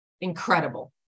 incredible